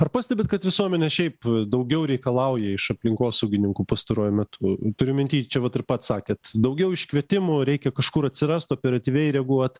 ar pastebit kad visuomenė šiaip daugiau reikalauja iš aplinkosaugininkų pastaruoju metu turiu minty čia vat ir pats sakėt daugiau iškvietimų reikia kažkur atsirast operatyviai reaguot